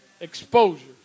exposure